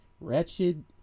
wretched